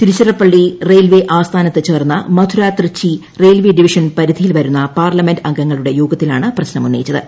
Tiruchirappalli railway ആസ്ഥാനത്ത് ചേർന്ന Madurai Trichy railway division പരിധിയിൽ വരുന്ന പാർലമെന്റ് അംഗങ്ങളുടെ യോഗത്തിലാണ് പ്രശ്നം ഉന്നയിച്ചത്